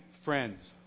friends